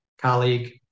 colleague